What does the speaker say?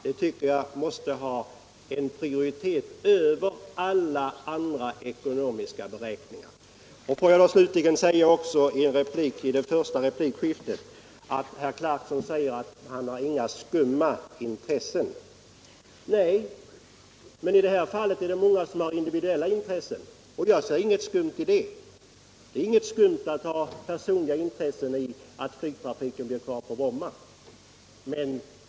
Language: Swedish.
Det tycker jag måste ha prioritet i förhållande till alla andra ekonomiska beräkningar. Får jag slutligen säga något till det första replikskiftet. Herr Clarkson framhåller att han inte har några skumma intressen. Nej, men i det här fallet är det många som har individuella intressen — och jag ser inget skumt i det. Det är inget skumt i att ha personliga intressen i att Nyg Bibehållande av Bromma flygplats Bromma flygplats trafiken blir kvar på Bromma.